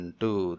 two